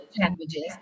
Languages